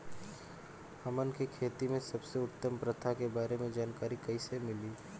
हमन के खेती में सबसे उत्तम प्रथा के बारे में जानकारी कैसे मिली?